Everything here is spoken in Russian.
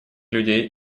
людей